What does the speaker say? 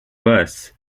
bus